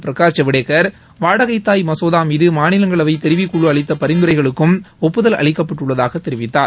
பிரகாஷ் ஜவ்டேகர் வாடகைத்தாய் மசோதா மீது மாநிலங்களவை தெரிவுக்குழு அளித்த பரிந்துரைகளுக்கும் ஒப்புதல் அளிக்கப்பட்டுள்ளதாக தெரிவித்தார்